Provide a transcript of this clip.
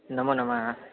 नमो नमः